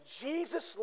Jesus